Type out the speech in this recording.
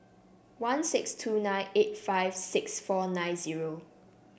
one six two nine eight five six four nine zero